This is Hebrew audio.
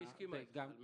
היא הסכימה אתך.